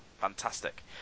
Fantastic